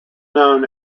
known